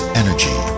energy